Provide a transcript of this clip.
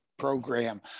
Program